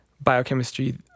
biochemistry